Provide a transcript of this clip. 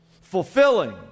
fulfilling